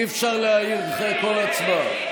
אי-אפשר להעיר אחרי כל הצבעה.